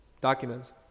documents